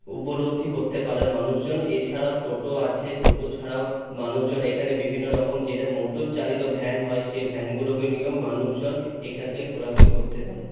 উপলব্ধি করতে পারে মানুষজন এছাড়াও টোটো আছে টোটো ছাড়াও মানুষজন এখানে বিভিন্ন রকম যেটা মোটরচালিত ভ্যান হয় সেই ভ্যানগুলোকে নিয়েও মানুষজন এখান থেকে ঘোরাঘুরি করতে পারে